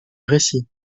récit